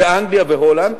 באנגליה והולנד,